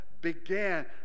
Began